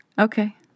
Okay